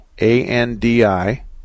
A-N-D-I